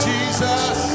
Jesus